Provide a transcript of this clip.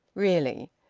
really!